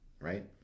right